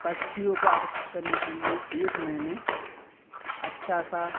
पक्षियों को आकर्षित करने के लिए एक मैंने अच्छा सा